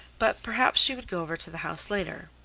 but perhaps she would go over to the house later.